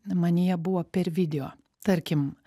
manyje buvo per video tarkim